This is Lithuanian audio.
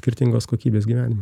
skirtingos kokybės gyvenimą